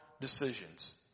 decisions